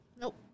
Nope